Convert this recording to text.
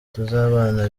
tuzabana